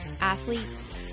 athletes